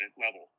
level